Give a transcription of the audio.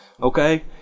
Okay